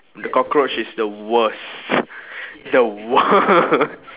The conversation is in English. the cockroach is the worst the worst